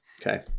Okay